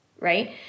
right